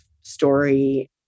story